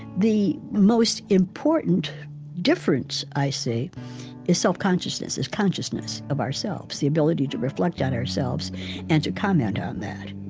the most important difference i see is self-consciousness, is consciousness of ourselves, the ability to reflect on ourselves and to comment on that